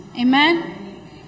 Amen